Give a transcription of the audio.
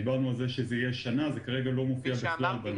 דיברנו על כך שזה יהיה שנה וכרגע זה לא מופיע כפי שאמרתי.